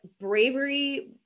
bravery